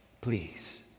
Please